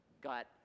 got